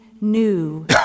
new